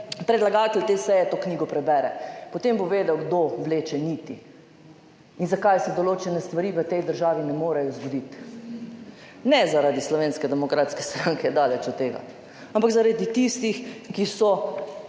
predlagatelj te seje to knjigo prebere, potem bo vedel, kdo vleče niti in zakaj se določene stvari v tej državi ne morejo zgoditi. Ne zaradi Slovenske demokratske stranke, daleč od tega, ampak zaradi tistih, ki so